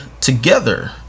together